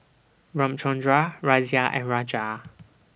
Ramchundra Razia and Raja